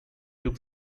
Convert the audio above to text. took